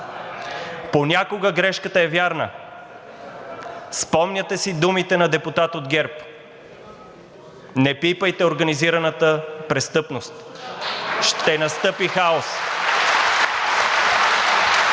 Понякога грешката е вярна. Спомняте си думите на депутат от ГЕРБ: „Не пипайте организираната престъпност, ще настъпи хаос.“